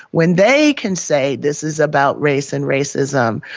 when they can say this is about race and racism,